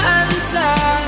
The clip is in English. answer